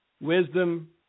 wisdom